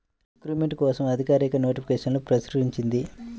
recruitment కోసం అధికారిక నోటిఫికేషన్ను ప్రచురించింది